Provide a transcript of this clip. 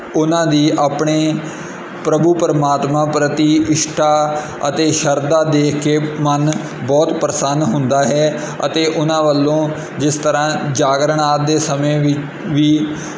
ਉਹਨਾਂ ਦੀ ਆਪਣੇ ਪ੍ਰਭੂ ਪਰਮਾਤਮਾ ਪ੍ਰਤੀ ਇਸ਼ਟਾ ਅਤੇ ਸ਼ਰਧਾ ਦੇਖ ਕੇ ਮਨ ਬਹੁਤ ਪ੍ਰਸੰਨ ਹੁੰਦਾ ਹੈ ਅਤੇ ਉਹਨਾਂ ਵੱਲੋਂ ਜਿਸ ਤਰ੍ਹਾਂ ਜਾਗਰਨ ਆਦਿ ਦੇ ਸਮੇਂ ਵੀ ਵੀ